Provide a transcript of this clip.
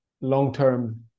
long-term